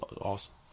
awesome